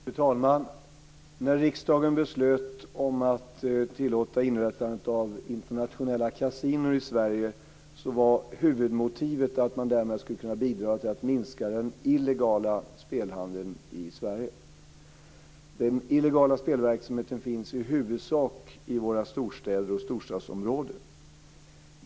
Fru talman! När riksdagen beslutade om att tillåta inrättandet av internationella kasinon i Sverige var huvudmotivet att man därmed skulle bidra till att minska den illegala spelhandeln i Sverige. Den illegala spelverksamheten finns i huvudsak i våra storstäder och storstadsområden.